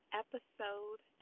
episode